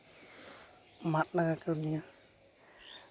ᱢᱟᱫ ᱨᱮᱱᱟᱜ ᱮ ᱠᱟᱹᱢᱤᱭᱟ